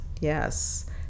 yes